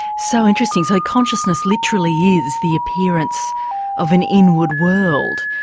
so interesting. so, consciousness literally is the appearance of an inward world,